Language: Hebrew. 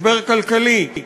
משבר כלכלי,